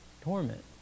torment